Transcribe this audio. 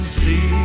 see